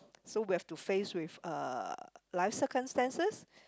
so we've to face with uh life circumstances